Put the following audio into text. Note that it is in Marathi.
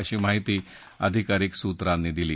अशी माहिती अधिकारीक सूत्रांनी दिली